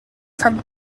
tan